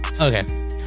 Okay